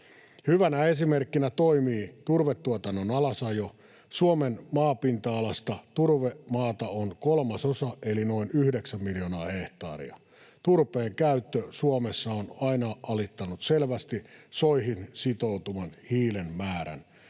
Hyvänä esimerkkinä toimii turvetuotannon alasajo. Suomen maapinta-alasta turvemaata on kolmasosa eli noin yhdeksän miljoonaa hehtaaria. Turpeen käyttö Suomessa on aina alittanut selvästi soihin sitoutuvan hiilen määrän.